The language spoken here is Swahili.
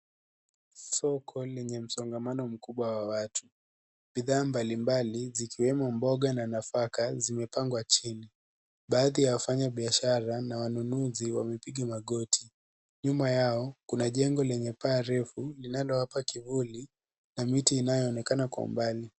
Soko lenye msongamano mkubwa wa watu, bidhaa mbali mbali zikiwemo mboga na nafaka zimepangwa chini, baadhi ya wafanya biashara na wanunuzi wamepiga magoti, nyuma yao kuna jengo lenye paa refu linalowapa kivuli na miti inayoonekana kwa umbali.